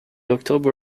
october